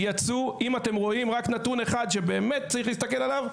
אם יש רק נתון אחד שבאמת צריך להסתכל עליו,